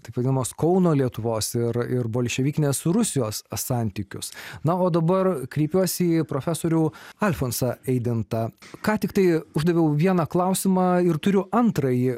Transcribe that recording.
taip vadinamos kauno lietuvos ir ir bolševikinės rusijos santykius na o dabar kreipiuosi į profesorių alfonsą eidintą ką tiktai uždaviau vieną klausimą ir turiu antrąjį